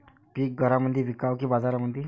पीक घरामंदी विकावं की बाजारामंदी?